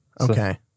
Okay